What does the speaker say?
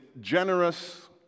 Generous